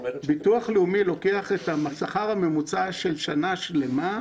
ביטוח לאומי לוקח את השכר הממוצע של שנה שלמה,